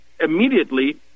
immediately